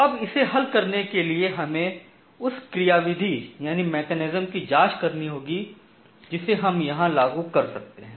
अब इसे हल करने के लिए हमें उस क्रियाविधि की जांच करनी होगी जिसे हम यहां लागू कर सकते हैं